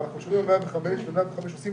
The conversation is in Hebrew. אנחנו יושבים גם ב-105, ו-105 עושים